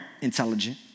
intelligent